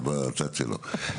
את בצד שלו.